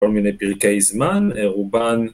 כל מיני פרקי זמן, רובן